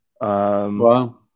Wow